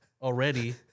Already